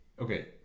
okay